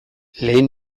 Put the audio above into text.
lehen